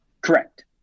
Correct